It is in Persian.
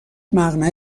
مقنعه